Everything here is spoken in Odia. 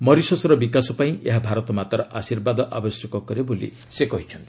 ମରିସସ୍ର ବିକାଶ ପାଇଁ ଏହା ଭାରତମାତାର ଆଶୀର୍ବାଦ ଆବଶ୍ୟକ କରେ ବୋଲି ସେ କହିଛନ୍ତି